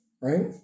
right